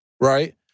right